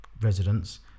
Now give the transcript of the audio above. residents